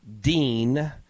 dean